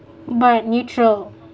but neutral